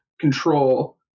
control